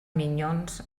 minyons